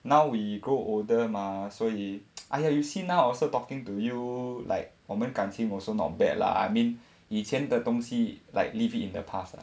now we grow older mah 所以 !aiya! you see now I'm also talking to you like 我们感情 also not bad lah I mean 以前的东西 like leave it in the past lah